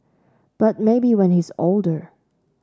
but maybe when he's older